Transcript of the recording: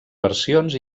versions